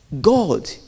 God